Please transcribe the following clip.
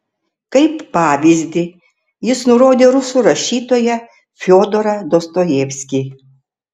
kaip pavyzdį jis nurodė rusų rašytoją fiodorą dostojevskį